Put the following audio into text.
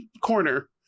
corner